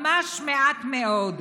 ממש מעט מאוד: